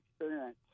experience